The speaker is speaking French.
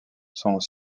sont